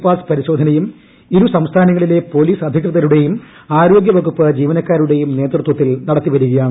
pass പരിശോധനയും ഇരു സംസ്ഥാനങ്ങളിലെയും പോലീസ് അധികൃതരുടെയും ആരോഗൃവകുപ്പ് ജീവനക്കാരുടെയും നേതൃത്വത്തിൽ നടത്തിവരികയാണ്